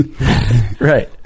Right